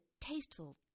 tasteful